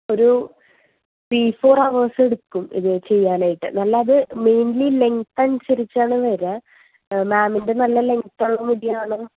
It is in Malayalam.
ഒരു ത്രീ ഫോർ ഹവേർസ് എടുക്കും ഇത് ചെയ്യാനായിട്ട് അത് മെൻലി ലെങ്ത് അനുസരിച്ചാണ് വരിക മാംമിൻ്റെ നല്ല ലെങ്ത്ള്ള മുടിയാണോ